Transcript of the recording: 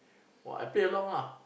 !wah! I play along ah